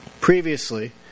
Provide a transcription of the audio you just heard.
Previously